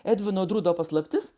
edvino drudo paslaptis